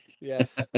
Yes